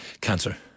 Cancer